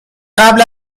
قبل